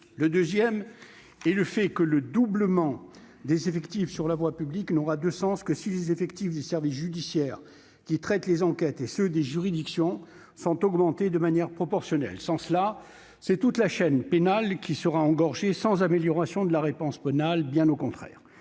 Deuxième réserve, le doublement des effectifs sur la voie publique n'aura de sens que si les effectifs des services judiciaires qui traitent les enquêtes et ceux des juridictions sont augmentés de manière proportionnelle. Sans cela, c'est toute la chaîne pénale qui serait engorgée sans amélioration de la réponse pénale. Enfin,